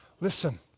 Listen